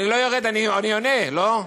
אני לא יורד, אני עונה, לא?